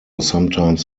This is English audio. sometimes